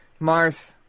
Marth